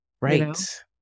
Right